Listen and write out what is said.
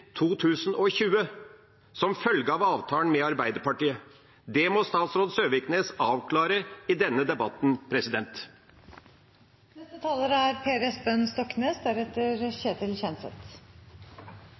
2020 som følge av avtalen med Arbeiderpartiet. Det må statsråd Søviknes avklare i denne debatten.